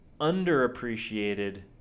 underappreciated